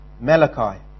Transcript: Malachi